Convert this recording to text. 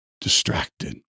distracted